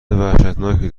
وحشتناکی